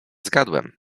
zgadłem